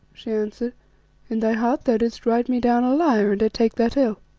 she answered in thy heart thou didst write me down a liar, and i take that ill.